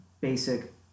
basic